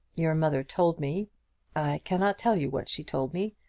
your mother told me i cannot tell you what she told me,